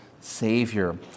Savior